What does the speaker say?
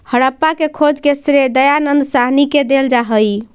हड़प्पा के खोज के श्रेय दयानन्द साहनी के देल जा हई